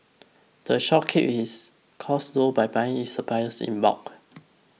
the shop keeps its costs low by buying its supplies in bulk